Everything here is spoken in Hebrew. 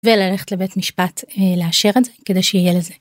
וללכת לבית משפט לאשר את זה, כדי שיהיה לזה.